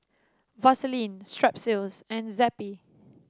Vaselin Strepsils and Zappy